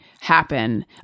happen